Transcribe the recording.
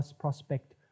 prospect